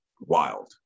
wild